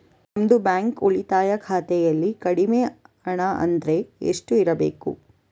ನಮ್ಮದು ಬ್ಯಾಂಕ್ ಉಳಿತಾಯ ಖಾತೆಯಲ್ಲಿ ಕಡಿಮೆ ಹಣ ಅಂದ್ರೆ ಎಷ್ಟು ಇರಬೇಕು?